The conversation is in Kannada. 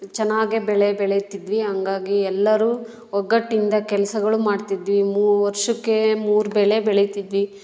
ಚೆನ್ನಾಗಿ ಬೆಳೆ ಬೆಳೀತಿದ್ವಿ ಹಂಗಾಗಿ ಎಲ್ಲರೂ ಒಗ್ಗಟ್ಟಿಂದ ಕೆಲ್ಸಗಳನ್ ಮಾಡ್ತಿದ್ವಿ ಮೂ ವರ್ಷಕ್ಕೆ ಮೂರು ಬೆಳೆ ಬೆಳೀತಿದ್ವಿ